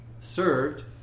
served